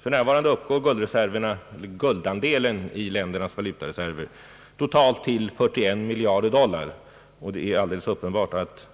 För närvarande uppgår guldandelen i ländernas valutareserv till totalt 41 miljarder dollar, och det är alldeles uppenbart att